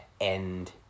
end